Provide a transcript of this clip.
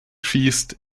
schießt